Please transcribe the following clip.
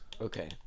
Okay